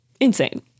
Insane